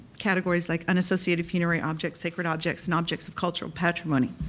categories like unassociated funerary objects, sacred objects and objects of cultural patrimony.